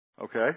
Okay